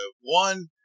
One